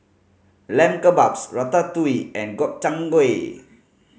Lamb Kebabs Ratatouille and Gobchang Gui